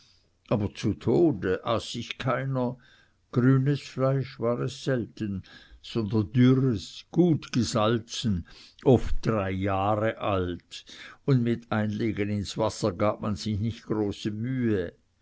aber zu tode aß sich keiner grünes fleisch war es selten sondern dürres gut gesalzen oft drei jahre alt und mit einlegen ins wasser gab man sich nicht große mühe